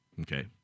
Okay